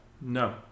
No